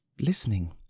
listening